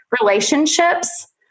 relationships